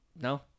No